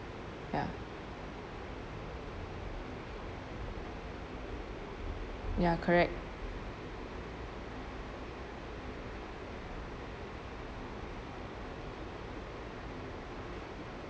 ya ya correct